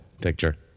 picture